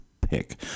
pick